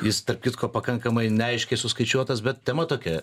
jis tarp kitko pakankamai neaiškiai suskaičiuotas bet tema tokia